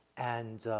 and,